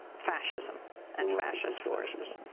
fascism and fascist forces.